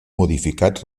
modificat